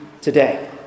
today